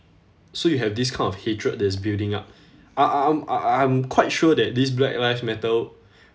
so you have this kind of hatred that's building up I~ I~ I'm I~ I~ I'm quite sure that this black lives matter